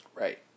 Right